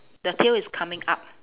the tail is coming up